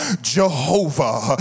jehovah